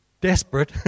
desperate